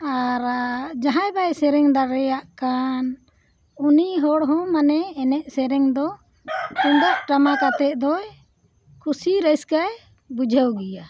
ᱟᱨ ᱡᱟᱦᱟᱸᱭ ᱵᱟᱭ ᱥᱮᱨᱮᱧ ᱫᱟᱲᱮᱭᱟᱜ ᱠᱟᱱ ᱩᱱᱤ ᱦᱚᱲ ᱦᱚᱸ ᱢᱟᱱᱮ ᱮᱱᱮᱡ ᱥᱮᱨᱮᱧ ᱫᱚ ᱛᱩᱢᱫᱟᱜ ᱴᱟᱢᱟᱠ ᱟᱛᱮᱫ ᱫᱚᱭ ᱠᱩᱥᱤ ᱨᱟᱹᱥᱠᱟᱹᱭ ᱵᱩᱡᱷᱟᱹᱣ ᱜᱮᱭᱟ